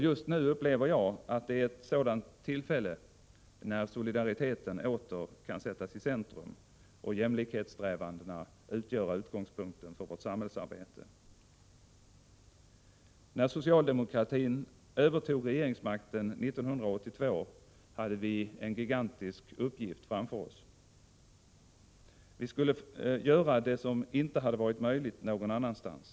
Just nu upplever jag att solidariteten åter kan sättas i centrum och jämlikhetssträvandena utgöra utgångspunkten för vårt samhällsarbete. När socialdemokratin övertog regeringsmakten 1982 hade vi en gigantisk uppgift framför oss. Vi skulle göra det som inte hade varit möjligt någon annanstans.